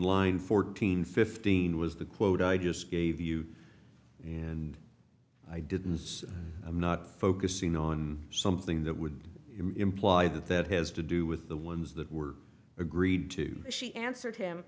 line fourteen fifteen was the quote i just gave you and i didn't say i'm not focusing on something that would imply that that has to do with the ones that were agreed to she answered him